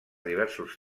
diversos